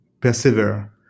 persevere